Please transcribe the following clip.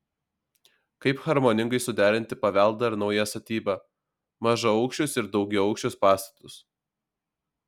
kaip harmoningai suderinti paveldą ir naują statybą mažaaukščius ir daugiaaukščius pastatus